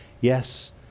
yes